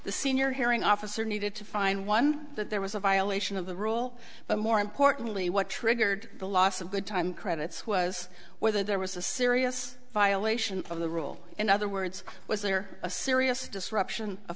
the senior hearing officer needed to find one that there was a violation of the rule but more importantly what triggered the loss of good time credits was whether there was a serious violation of the rule in other words was there a serious disruption a